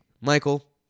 Michael